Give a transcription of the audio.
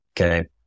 okay